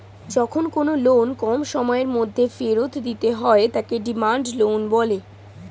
যখন কোনো লোন কম সময়ের মধ্যে ফেরত দিতে হয় তাকে ডিমান্ড লোন বলে